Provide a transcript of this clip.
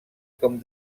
com